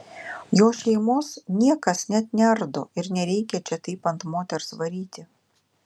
jo šeimos niekas net neardo ir nereikia čia taip ant moters varyti